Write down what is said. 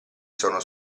sono